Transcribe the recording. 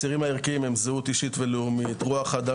הצירים הערכיים הם: זהות אישית ולאומית; רוח האדם